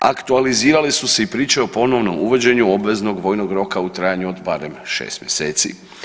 Aktualizirale su se i priče o ponovnom uvođenju obveznog vojnog roka u trajanju od barem šest mjeseci.